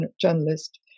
journalist